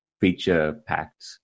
feature-packed